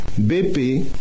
BP